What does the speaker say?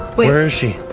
where is she?